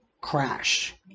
crash